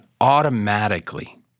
automatically